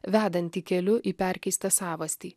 vedantį keliu į perkeistą savastį